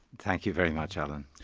thank you very much, alan.